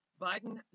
Biden